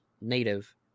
native